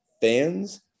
fans